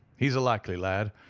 he's a likely lad,